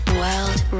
world